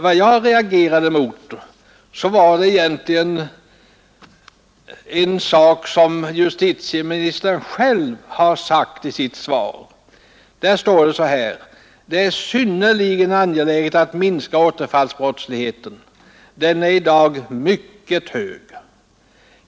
Vad jag reagerade mot var egentligen en sak som justitieministern själv har sagt i sitt svar. Där står det så här: ”Det är synnerligen angeläget att minska återfallsbrottsligheten. Den är i dag mycket hög.